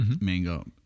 mango